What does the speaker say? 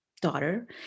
daughter